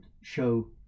show